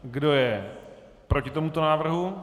Kdo je proti tomuto návrhu?